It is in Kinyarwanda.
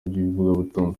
by’ivugabutumwa